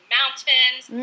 Mountains